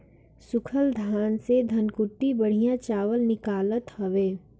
सूखल धान से धनकुट्टी बढ़िया चावल निकालत हवे